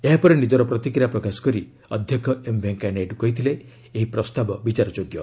ଏହାପରେ ନିକର ପ୍ରତିକ୍ରିୟା ପ୍ରକାଶ କରି ଅଧ୍ୟକ୍ଷ ଏମ୍ ଭେଙ୍କେୟା ନାଇଡୁ କହିଥିଲେ ଏହି ପ୍ରସ୍ତାବ ବିଚାରଯୋଗ୍ୟ